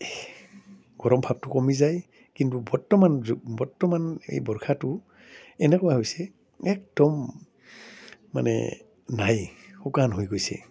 গৰম ভাৱটো কমি যায় কিন্তু বৰ্তমান য'ত বৰ্তমান এই বৰ্ষাটো এনেকুৱা হৈছে একদম মানে নাই শুকান হৈ গৈছে